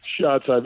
shots